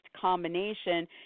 combination